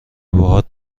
باهات